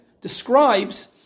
describes